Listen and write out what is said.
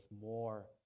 more